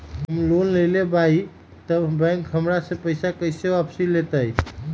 हम लोन लेलेबाई तब बैंक हमरा से पैसा कइसे वापिस लेतई?